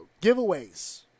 giveaways